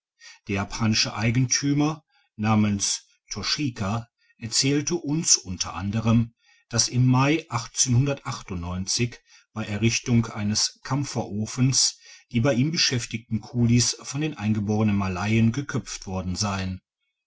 der japanische eigentümer namens toshika erzählte uns unter anderem dass im mai bei errichtung eines kampferofens die bei ihm beschäftigten kulis von den eingeborenen malayen geköpft worden seien